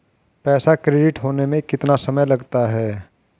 पैसा क्रेडिट होने में कितना समय लगता है?